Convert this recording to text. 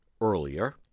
earlier